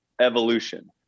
evolution